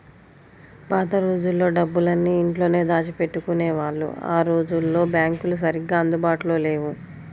పాత రోజుల్లో డబ్బులన్నీ ఇంట్లోనే దాచిపెట్టుకునేవాళ్ళు ఆ రోజుల్లో బ్యాంకులు సరిగ్గా అందుబాటులో లేవు